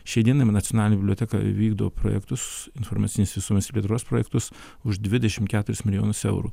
šiai dienai nacionalinė biblioteka vykdo projektus informacinės visuomenės ir plėtros projektus už dvidešimt keturis milijonus eurų